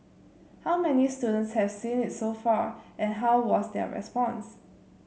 how many students have seen its so far and how was their response